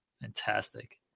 Fantastic